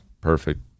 Perfect